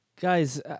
Guys